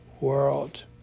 world